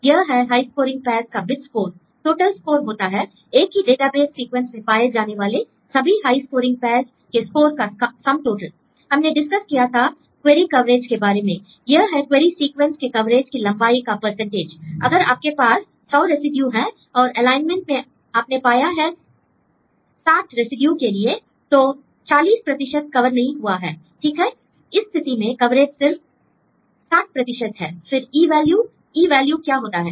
यह है high scoring pairs का bit score l total score होता है एक ही डेटाबेस सीक्वेंस में पाए जाने वाले सभी हाई स्कोरिंग पैर्स् के स्कोर का सम टोटल l हमने डिस्कस किया था क्वेरी कवरेज के बारे में यह है क्वेरी सीक्वेंस के कवरेज की लंबाई का परसेंटेज l अगर आपके पास 100 रेसिड्यू हैं और एलाइनमेंट में आपने पाया है 60 रेसिड्यू के लिए तो 40 प्रतिशत कवर नहीं हुआ है ठीक हैl स्थिति में कवरेज सिर्फ 60 हैl फिर E वैल्यू E वैल्यू क्या होता है